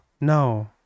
no